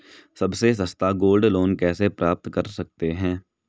सबसे सस्ता gold loan कैसे प्राप्त कर सकते हैं?